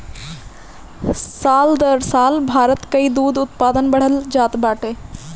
साल दर साल भारत कअ दूध उत्पादन बढ़ल जात बाटे